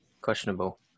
questionable